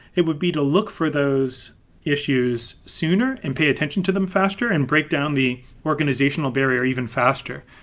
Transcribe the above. it would be to look for those issues sooner and pay attention to them faster and break down the organizational berries even faster.